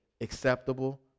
acceptable